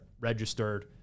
registered